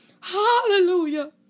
Hallelujah